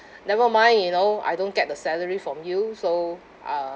never mind you know I don't get the salary from you so uh